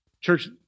Church